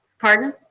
pardon?